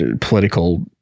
political